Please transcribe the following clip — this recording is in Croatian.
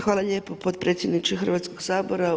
Hvala lijepo potpredsjedniče Hrvatskog sabora.